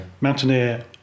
Mountaineer